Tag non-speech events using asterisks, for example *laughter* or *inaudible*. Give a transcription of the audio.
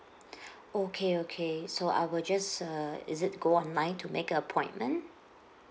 *breath* okay okay so I will just err is it go online to make a appointment